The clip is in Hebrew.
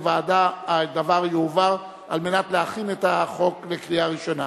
ועדה הדבר יועבר כדי להכין את החוק לקריאה ראשונה.